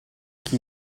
chi